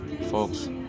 folks